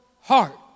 heart